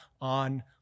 on